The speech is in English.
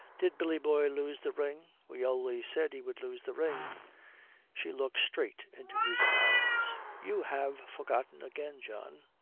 did billy boy lose the ring? we always said he would lose the ring she looks straight into his eyes. you have forgotten again, john.